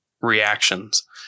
reactions